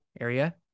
area